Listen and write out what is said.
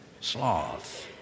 sloth